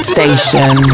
Station